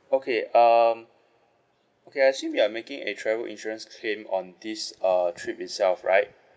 okay um okay I assume we are making a travel insurance claim on this err trip itself right